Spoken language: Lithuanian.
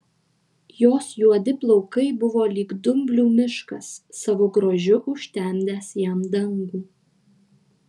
jos juodi plaukai buvo lyg dumblių miškas savo grožiu užtemdęs jam dangų